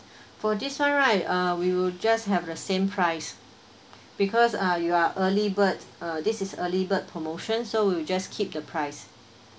for this one right uh we will just have the same price because uh you are early bird uh this is early bird promotion so we'll just keep the price